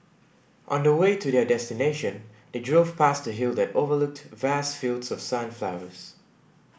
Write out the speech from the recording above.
on the way to their destination they drove past a hill that overlooked vast fields of sunflowers